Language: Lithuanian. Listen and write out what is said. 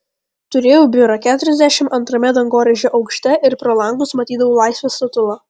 turėjau biurą keturiasdešimt antrame dangoraižio aukšte ir pro langus matydavau laisvės statulą